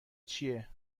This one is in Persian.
چیه